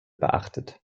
beachtet